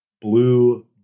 blue